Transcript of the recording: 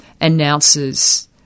announces